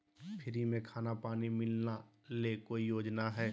Free में खाना पानी मिलना ले कोइ योजना हय?